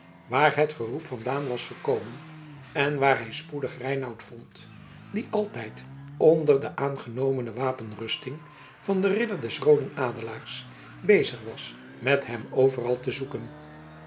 waar het geroep vandaan was gekomen en waar hij spoedig reinout vond die altijd onder de aangenomene wapenrusting van den ridder des rooden adelaars bezig was met hem overal te zoeken